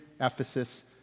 Ephesus